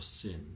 sin